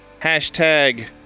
hashtag